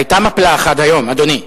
היתה מפלה אחת היום, אדוני,